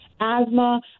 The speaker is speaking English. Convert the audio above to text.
asthma